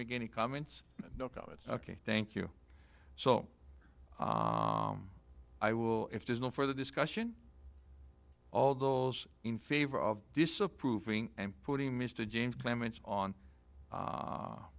make any comments ok thank you so i will if there's no further discussion all those in favor of disapproving and putting mr james clements on